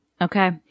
Okay